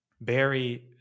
Barry